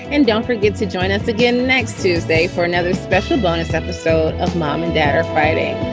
and don't forget to join us again next tuesday for another special bonus episode of mom and dad are fighting.